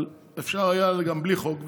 אבל אפשר היה גם בלי חוק,